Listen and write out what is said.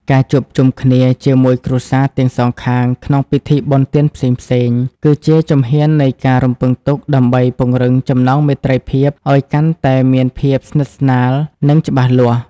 ការជួបជុំគ្នាជាមួយគ្រួសារទាំងសងខាងក្នុងពិធីបុណ្យទានផ្សេងៗ គឺជាជំហាននៃការរំពឹងទុកដើម្បីពង្រឹងចំណងមេត្រីភាពឱ្យកាន់តែមានភាពស្និទ្ធស្នាល និងច្បាស់លាស់។